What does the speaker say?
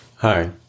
hi